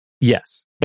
Yes